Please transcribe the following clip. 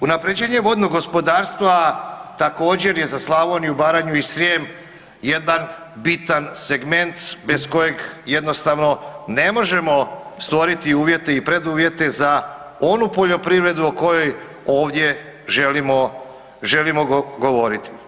Unaprjeđenje vodnog gospodarstva također je za Slavoniju, Baranju i Srijem jedan bitan segment bez kojeg jednostavno ne možemo stvoriti uvjete i preduvjete za onu poljoprivredu o kojoj ovdje želimo, želimo govoriti.